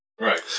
Right